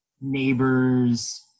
neighbors